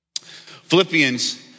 Philippians